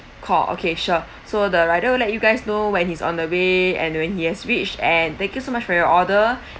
call okay sure so the rider will let you guys know when he's on the way and when he has reached and thank you so much for your order